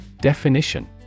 Definition